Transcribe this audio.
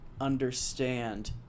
understand